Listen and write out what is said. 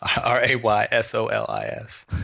R-A-Y-S-O-L-I-S